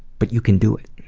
but you can do it.